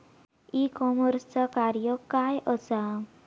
E कॉमर्सचा कार्य काय असा?